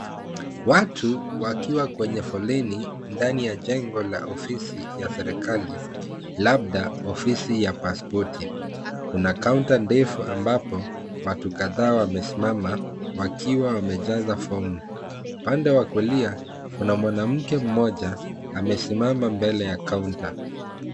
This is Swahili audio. Watu wakiwa kwenye foleni, ndani ya jengo la ofisi ya serikali labda ofisi ya pasipoti. Kuna kaunta ndefu ambapo watu kadhaa wamesimama wakiwa wamejaza fomu. Upande wa kulia kuna mwanamke mmoja amesimama mbele ya kaunta.